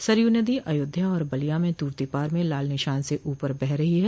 सरयू नदी अयोध्या और बलिया में तुर्तीपार में लाल निशान से ऊपर बह रही है